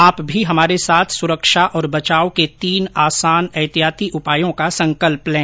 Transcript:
आप भी हमारे साथ सुरक्षा और बचाव के तीन आसान एहतियाती उपायों का संकल्प लें